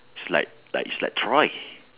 it's like like it's like troy